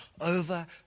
over